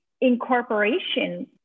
incorporation